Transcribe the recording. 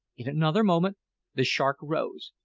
in another moment the shark rose.